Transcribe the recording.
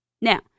Now